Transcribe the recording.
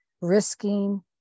risking